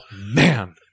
man